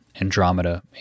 Andromeda